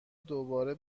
دوباره